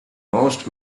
most